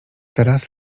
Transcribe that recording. teraz